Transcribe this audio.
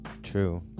True